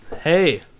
hey